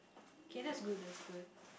okay that's good that's good